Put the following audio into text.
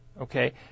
Okay